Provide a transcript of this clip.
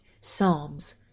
Psalms